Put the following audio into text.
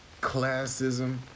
classism